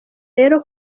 rero